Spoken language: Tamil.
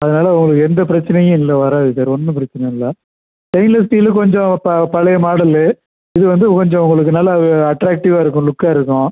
அதனால் உங்களுக்கு எந்த பிரச்சினையும் இல்லை வராது சார் ஒன்றும் பிரச்சனை இல்லை ஸ்டெய்ன்லெஸ் ஸ்டீலு கொஞ்சம் இப்போ பழைய மாடலு இது வந்து கொஞ்சம் உங்களுக்கு நல்லா அட்ராக்டிவ்வாக இருக்கும் லுக்காக இருக்கும்